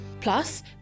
Plus